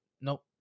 Nope